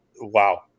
wow